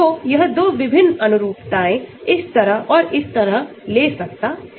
तो यह 2विभिन्न अनुरूपताएं इस तरह और इस तरह ले सकता है